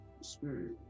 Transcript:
spirit